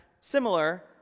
similar